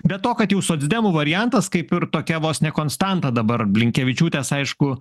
be to kad jau socdemų variantas kaip ir tokia vos ne konstanta dabar blinkevičiūtės tai aišku